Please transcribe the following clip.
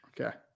Okay